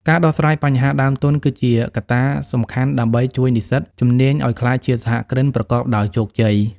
ការដោះស្រាយបញ្ហាដើមទុន គឺជាកត្តាសំខាន់ដើម្បីជួយនិស្សិតជំនាញឱ្យក្លាយជាសហគ្រិនប្រកបដោយជោគជ័យ។